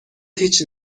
هیچ